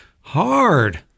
hard